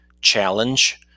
challenge